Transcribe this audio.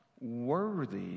worthy